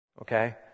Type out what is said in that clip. Okay